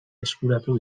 eskuratu